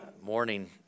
morning